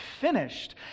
finished